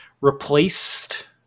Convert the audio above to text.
replaced